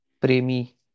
Premi